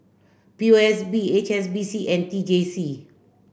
P O S B H S B C and T J C